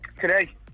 Today